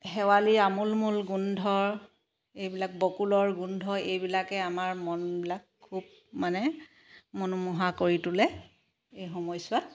শেৱালীৰ আমোলমোল গোন্ধ এইবিলাক বকুলৰ গোন্ধ এইবিলাকে আমাৰ মনবিলাক খুব মানে মনোমোহা কৰি তুলে এই সময়ছোৱাত